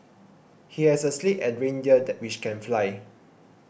he has a sleigh and reindeer that which can fly